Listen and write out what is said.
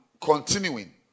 continuing